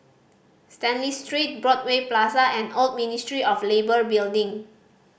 Stanley Street Broadway Plaza and Old Ministry of Labour Building